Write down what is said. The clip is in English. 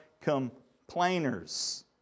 complainers